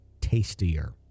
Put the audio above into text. tastier